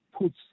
puts